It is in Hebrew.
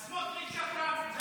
אז סמוטריץ' שקרן, זה הכול.